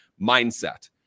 mindset